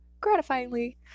Gratifyingly